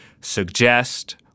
suggest